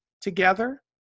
together